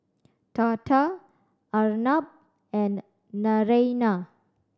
Tata Arnab and Naraina